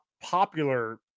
popular